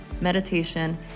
meditation